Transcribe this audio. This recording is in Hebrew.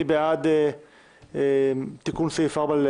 מי בעד תיקון סעיף 4(1)